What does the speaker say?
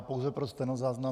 Pouze pro stenozáznam.